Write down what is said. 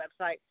website